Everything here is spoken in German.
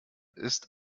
ist